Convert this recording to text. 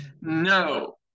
no